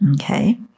Okay